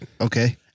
Okay